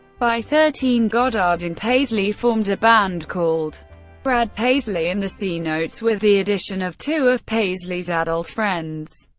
by thirteen, goddard and paisley formed a band called brad paisley and the c-notes, with the addition of two of paisley's adult friends.